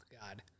God